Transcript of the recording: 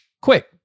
quick